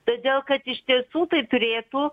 todėl kad iš tiesų tai turėtų